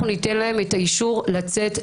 עם נתיב, אנחנו ניתן להם את האישור לצאת לדרך.